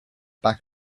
back